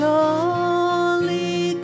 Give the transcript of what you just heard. Surely